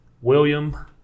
William